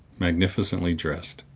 magnificently dressed,